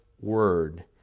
word